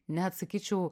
net sakyčiau